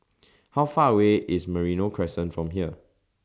How Far away IS Merino Crescent from here